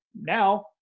now